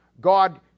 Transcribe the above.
God